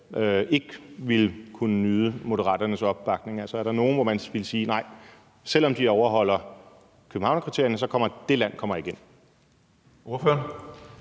ikke ville kunne nyde Moderaternes opbakning. Er der nogen, hvor man ville sige: Nej, selv om de overholder Københavnskriterierne, så kommer det land ikke